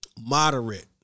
moderate